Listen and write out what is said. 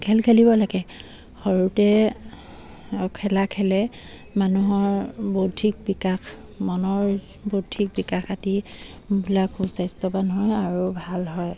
খেল খেলিব লাগে সৰুতে খেলা খেলে মানুহৰ বৌদ্ধিক বিকাশ মনৰ বৌদ্ধিক বিকাশ আদিবিলাক সুস্বাস্থ্যৱান হয় আৰু ভাল হয়